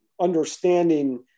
understanding